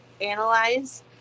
analyze